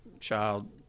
child